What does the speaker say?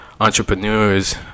entrepreneurs